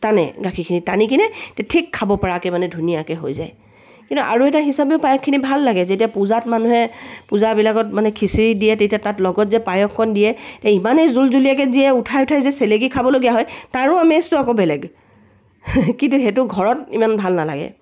টানে গাখীৰখিনি টানি কিনে ঠিক খাব পৰাকৈ মানে ধুনীয়াকৈ হৈ যায় কিন্তু আৰু এটা হিচাপেও পায়সখিনি ভাল লাগে যেতিয়া পূজাত মানুহে পূজাবিলাকত মানে খিচিৰি দিয়ে তেতিয়া তাত লগত যে পায়সকণ দিয়ে তে ইমানেই জোল জুলীয়াকৈ দিয়ে উঠাই উঠাই যে চেলেকি খাবলগীয়া হয় তাৰো আমেজটো আকৌ বেলেগ কিন্তু সেইটো ঘৰত ইমান ভাল নালাগে